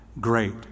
great